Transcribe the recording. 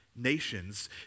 Nations